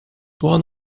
one